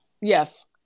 Yes